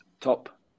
Top